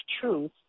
truth